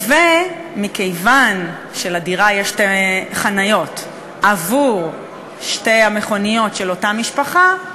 ומכיוון שלכל דירה יש שתי חניות עבור שתי המכוניות של אותה משפחה,